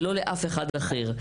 ולא לאף אחד אחר.